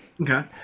Okay